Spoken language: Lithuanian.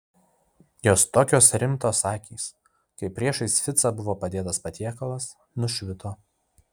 jos tokios rimtos akys kai priešais ficą buvo padėtas patiekalas nušvito